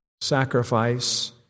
sacrifice